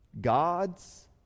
God's